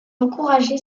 encouragé